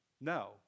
No